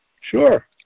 Sure